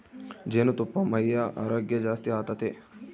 ಜೇನುತುಪ್ಪಾ ಮೈಯ ಆರೋಗ್ಯ ಜಾಸ್ತಿ ಆತತೆ